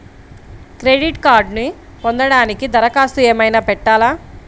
Credit కార్డ్ను పొందటానికి దరఖాస్తు ఏమయినా పెట్టాలా?